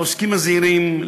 לעוסקים הזעירים,